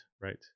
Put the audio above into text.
right